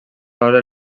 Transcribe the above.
alhora